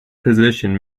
position